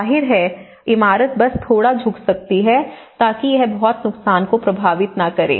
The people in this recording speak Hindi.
जाहिर है इमारत बस थोड़ा झुक सकती है ताकि यह बहुत नुकसान को प्रभावित न करे